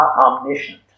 omniscient